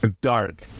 Dark